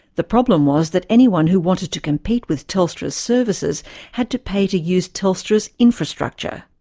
the problem was that anyone who wanted to compete with telstra's services had to pay to use telstra's infrastructure.